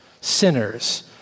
sinners